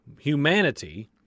humanity